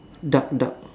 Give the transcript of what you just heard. duck duck